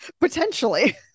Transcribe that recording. Potentially